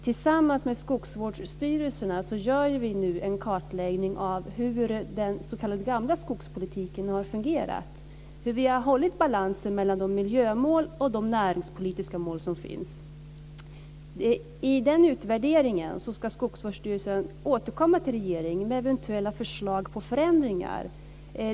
Tillsammans med skogsvårdsstyrelserna gör vi nu en kartläggning av hur den s.k. gamla skogspolitiken har fungerat, hur vi har hållit balansen mellan de miljömål och de näringspolitiska mål som finns. I den utvärderingen ska Skogsstyrelsen återkomma till regeringen med eventuella förslag på förändringar.